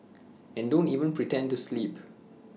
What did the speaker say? and don't even pretend to sleep